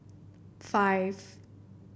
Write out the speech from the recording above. five